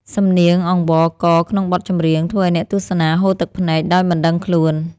សំនៀងអង្វរករក្នុងបទចម្រៀង ធ្វើឱ្យអ្នកទស្សនាហូរទឹកភ្នែកដោយមិនដឹងខ្លួន។